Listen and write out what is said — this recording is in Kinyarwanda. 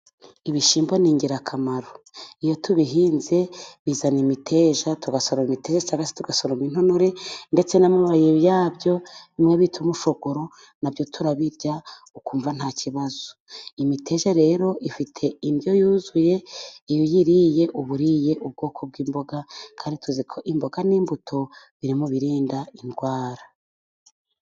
Ibishyimbo ni ingirakamaro iyo tubihinze bizana imiteja, tugasarura cyangwa se tugasoroma intonore, ndetse n'amababi yabyo bimwe bita umushogoro na byo turabirya ukumva nta kibazo. Imiteja rero ifite indyo yuzuye, iyo uyiriye uba uriye ubwoko bw'imboga kandi tuzi ko imboga n'imbuto biri mu birinda indwara.